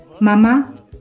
Mama